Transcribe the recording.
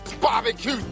Barbecue